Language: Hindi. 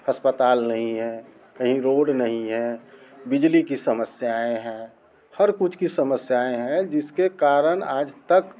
अस्पताल नहीं है कहीं रोड नहीं है बिजली की समस्याएं हैं हर कुछ की समस्याएं हैं जिसके कारण आज तक